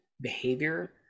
behavior